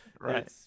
Right